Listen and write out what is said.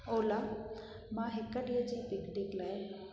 ओला मां हिकु ॾींहं जी पिकनिक लाइ